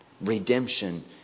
Redemption